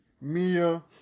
Mia